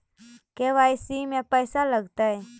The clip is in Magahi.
के.वाई.सी में पैसा लगतै?